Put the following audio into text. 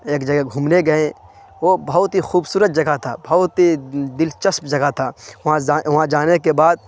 ایک جگہ گھومنے گئے وہ بہت ہی خوبصورت جگہ تھا بہت ہی دلچسپ جگہ تھا وہاں وہاں جانے کے بعد